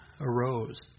arose